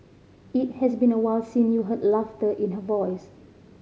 it has been awhile since you heard laughter in her voice